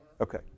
Okay